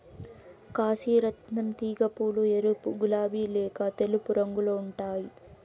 కాశీ రత్నం తీగ పూలు ఎరుపు, గులాబి లేక తెలుపు రంగులో ఉంటాయి